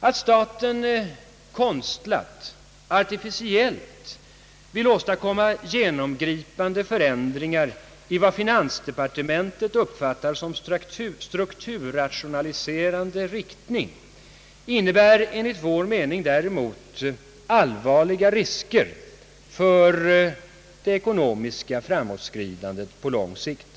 Att staten konstlat, artificiellt, vill åstadkomma genomgripande förändringar i vad finansdepartementet uppfattar som strukturrationaliserande riktning innebär däremot enligt vår mening allvarliga risker för det ekonomiska framåtskridandet på lång sikt.